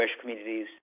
communities